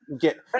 get